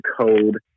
code